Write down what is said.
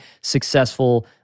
successful